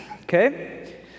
Okay